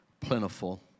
Plentiful